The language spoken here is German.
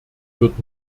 wird